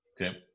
Okay